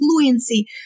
fluency